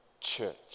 church